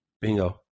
Bingo